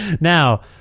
Now